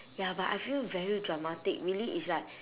ya but I feel very dramatic really is like